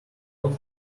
note